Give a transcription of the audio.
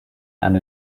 and